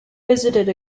visited